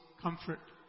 comfort